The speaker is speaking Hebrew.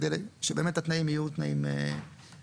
שבאמת התנאים יהיו תנאים מקצועיים.